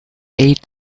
eight